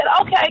okay